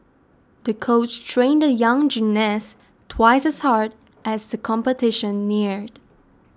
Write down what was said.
the coach trained the young gymnast twice as hard as the competition neared